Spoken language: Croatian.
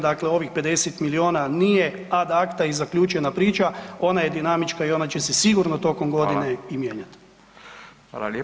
Dakle, ovih 50 milijuna nije ad acta i zaključena priča, ona je dinamička i ona će se sigurno tokom godine i mijenjati.